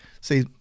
see